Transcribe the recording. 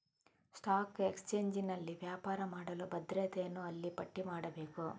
stock ಎಕ್ಸ್ಚೇಂಜಿನಲ್ಲಿ ವ್ಯಾಪಾರ ಮಾಡಲು ಭದ್ರತೆಯನ್ನು ಅಲ್ಲಿ ಪಟ್ಟಿ ಮಾಡಬೇಕು